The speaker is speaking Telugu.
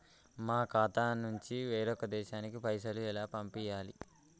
మా ఖాతా నుంచి వేరొక దేశానికి పైసలు ఎలా పంపియ్యాలి?